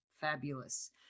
Fabulous